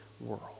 world